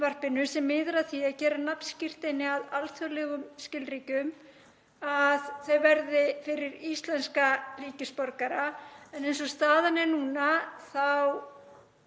sem miðar að því að gera nafnskírteini að alþjóðlegum skilríkjum, að þau verði fyrir íslenska ríkisborgara en eins og staðan er núna þá